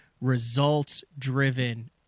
results-driven